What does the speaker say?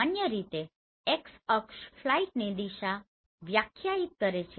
સામાન્ય રીતે x અક્ષ ફ્લાઇટની દિશા વ્યાખ્યાયિત કરે છે